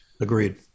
Agreed